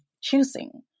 choosing